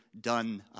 done